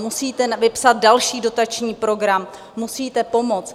Musíte vypsat další dotační program, musíte pomoct!